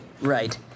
right